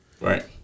Right